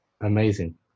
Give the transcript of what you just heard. amazing